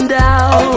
down